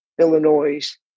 Illinois